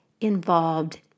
involved